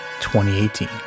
2018